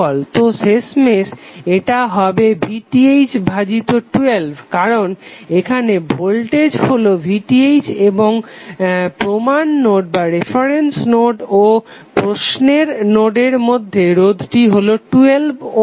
তো শেষমেশ এটা হবে VTh ভাজিত 12 কারণ এখানে ভোল্টেজ হলো VTh এবং প্রমাণ নোড ও প্রশ্নের নোডের মধ্যে রোধটি হলো 12 ওহম